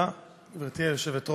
תודה, גברתי היושבת-ראש,